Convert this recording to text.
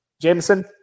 Jameson